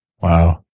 Wow